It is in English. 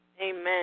Amen